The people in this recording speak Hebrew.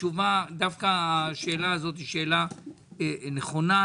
דווקא השאלה הזאת היא שאלה נכונה,